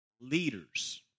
leaders